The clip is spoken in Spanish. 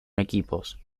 equipos